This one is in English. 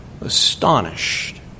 astonished